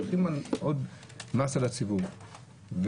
כהולכים להטיל עוד מס על הציבור,